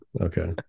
Okay